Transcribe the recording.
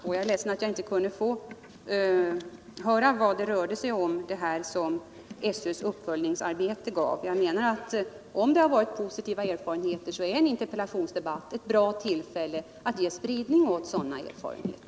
Och jag är ledsen överatt jag inte kunde få höra vad det rörde sig om som SÖ:s uppföljningsarbete gav. Om erfarenheterna har varit positiva är en interpellationsdebatt ett bra tillfälle att ge spridning åt sådana erfarenheter.